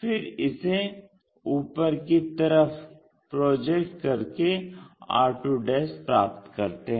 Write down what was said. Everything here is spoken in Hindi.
फिर इसे ऊपर कि तरफ प्रोजेक्ट करके r2 प्राप्त करते हैं